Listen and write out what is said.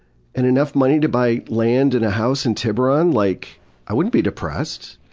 and enough money to buy land and a house in tiburon, like i wouldn't be depressed'.